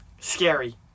scary